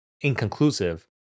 inconclusive